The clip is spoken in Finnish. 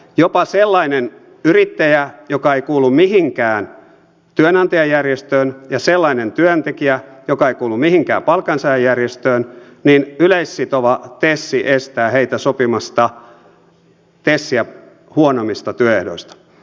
jopa sellaista yrittäjää joka ei kuulu mihinkään työnantajajärjestöön ja sellaista työntekijää joka ei kuulu mihinkään palkansaajajärjestöön yleissitova tes estää sopimasta tesiä huonommista työehdoista